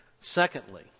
Secondly